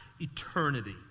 eternity